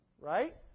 Right